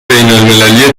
بینالمللی